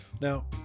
Now